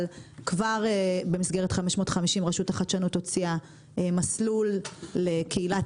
אבל כבר במסגרת 550 רשות החדשנות הוציאה מסלול לקהילת